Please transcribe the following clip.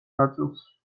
ნაწილს